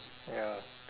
ya